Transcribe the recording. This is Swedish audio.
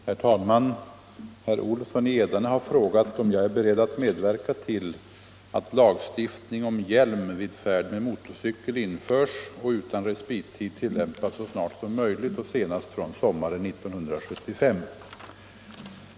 Herr talman! Herr Olsson i Edane har frågat om jag är beredd att medverka till att lagstiftning om hjälm vid färd med motorcykel införs och utan respittid tillämpas så snart som möjligt och senast från sommaren 1975.